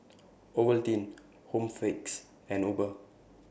Ovaltine Home Fix and Uber